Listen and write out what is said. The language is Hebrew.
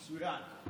מצוין.